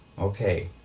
Okay